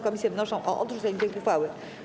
Komisje wnoszą o odrzucenie tej uchwały.